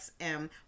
XM